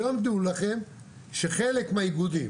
היום, דעו לכם, שחלק מהאיגודים